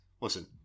listen